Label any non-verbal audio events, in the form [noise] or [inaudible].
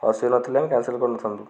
[unintelligible] ନଥିଲେ ଆମେ କ୍ୟାନସଲ୍ କରିନଥାନ୍ତୁ